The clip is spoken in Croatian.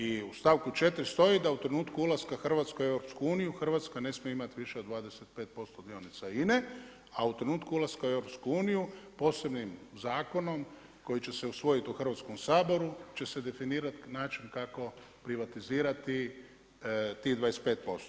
I u stavku 4. stoji da u trenutku ulaska Hrvatske u EU, Hrvatska ne smije imati više od 25% dionica INA-e, a u trenutku ulaska u EU, posebnim zakonom koji će se usvojiti u Hrvatskom saboru će se definirati način kako privatizirati tih 255.